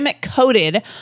coated